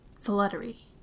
fluttery